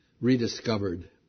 rediscovered